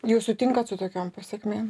jūs sutinkat su tokiom pasekmėm